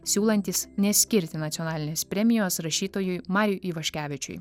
siūlantys neskirti nacionalinės premijos rašytojui mariui ivaškevičiui